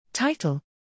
Title